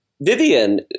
Vivian